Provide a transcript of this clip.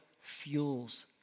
fuels